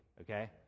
okay